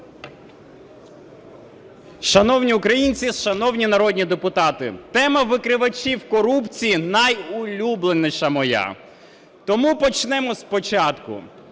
Шановні українці, шановні народні депутати! Тема викривачів корупції найулюбленіша моя, тому почнемо спочатку.